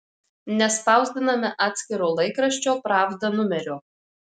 nespausdiname atskiro laikraščio pravda numerio